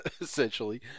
essentially